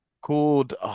called